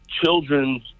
children's